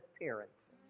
appearances